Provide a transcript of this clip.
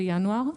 בינואר,